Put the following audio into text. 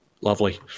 Lovely